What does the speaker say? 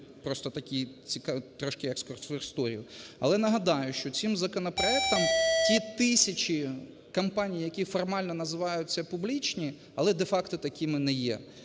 просто такий екскурс в історію. Але нагадаю, що цим законопроектом ті тисячі компаній, які формально називаються публічні, але де-факто такими не є,